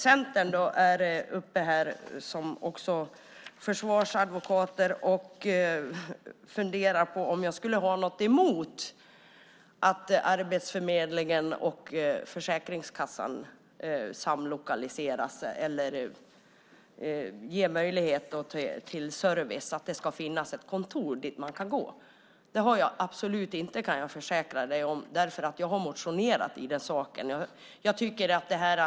Centern går upp i talarstolen som något slags försvarsadvokater och undrar om jag har något emot att Arbetsförmedlingen och Försäkringskassan samlokaliseras så att det finns ett kontor dit man kan gå och där det finns möjligheter till service. Jag kan försäkra Solveig Zander att jag absolut inte har någonting emot det. Jag har faktiskt motionerat om det.